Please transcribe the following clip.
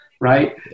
right